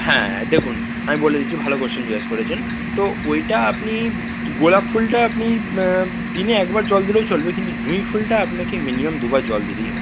হ্যাঁ দেখুন আমি বলে দিচ্ছি ভালো কোশ্চেন জিজ্ঞাসা করেছেন তো ওইটা আপনি গোলাপ ফুলটা আপনি দিনে একবার জল দিলেও চলবে কিন্তু জুঁই ফুলটা আপনাকে মিনিমাম দুবার জল দিতেই হবে